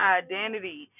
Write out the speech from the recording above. identity